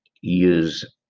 use